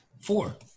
Four